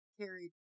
carried